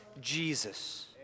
Jesus